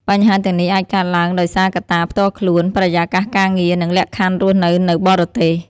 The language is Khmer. បញ្ហាទាំងនេះអាចកើតឡើងដោយសារកត្តាផ្ទាល់ខ្លួន បរិយាកាសការងារ និងលក្ខខណ្ឌរស់នៅនៅបរទេស ។